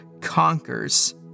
conquers